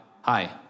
hi